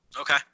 Okay